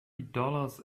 dollars